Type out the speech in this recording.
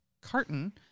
carton